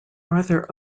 author